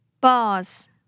Boss